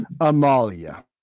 Amalia